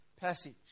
passage